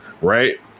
right